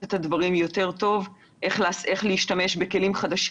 את הדברים יותר טוב, איך להשתמש בכלים חדשים